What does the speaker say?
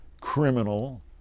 criminal